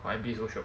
N_Y_P so shiok